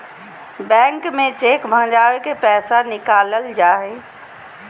bank में cheque भंजा के पैसा निकालल जा हय